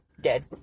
Dead